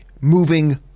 moving